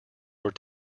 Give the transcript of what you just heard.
were